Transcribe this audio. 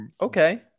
okay